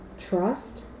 Trust